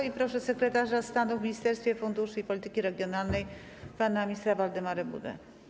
I proszę sekretarza stanu w Ministerstwie Funduszy i Polityki Regionalnej pana ministra Waldemara Budę.